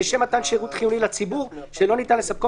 -- לשם מתן שירות חיוני לציבור שלא ניתן לספקו